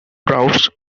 routes